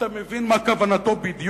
אתה מבין מה כוונתו בדיוק.